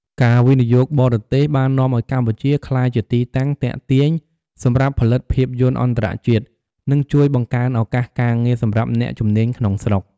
ការវិនិយោគបរទេស បាននាំឱ្យកម្ពុជាក្លាយជាទីតាំងទាក់ទាញសម្រាប់ផលិតភាពយន្តអន្តរជាតិ និងជួយបង្កើនឱកាសការងារសម្រាប់អ្នកជំនាញក្នុងស្រុក។